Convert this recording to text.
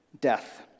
death